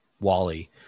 Wally